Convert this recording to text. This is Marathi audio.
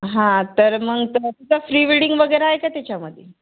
हां तर मग तर फ्री वेडींग वगैरे आहे का त्याच्यामध्ये